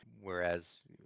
Whereas